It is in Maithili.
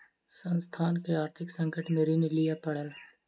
संस्थान के आर्थिक संकट में ऋण लिअ पड़ल